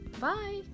Bye